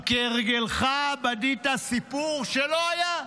וכהרגלך בדית סיפור שלא היה.